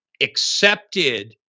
accepted